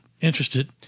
interested